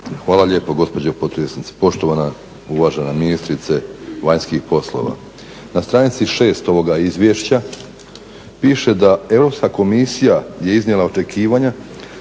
Hvala lijepo gospođo potpredsjednice. Poštovana uvažena ministrice vanjskih poslova. Na stranici 6. ovoga izvješća piše da Europska komisija je iznijela očekivanja